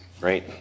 right